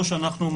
או לחלופין,